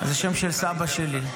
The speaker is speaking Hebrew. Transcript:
זה השם של סבא שלי.